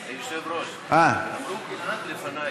היושב-ראש, הם אמרו שגלעד לפניי,